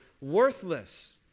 worthless